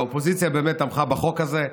האופוזיציה באמת תמכה בחוק הזה.